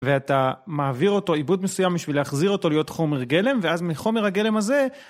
ואתה מעביר אותו עיבוד מסוים בשביל להחזיר אותו להיות חומר גלם ואז מחומר הגלם הזה...